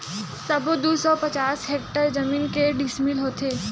सबो दू सौ पचास हेक्टेयर जमीन के डिसमिल होथे?